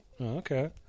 Okay